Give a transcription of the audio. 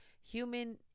human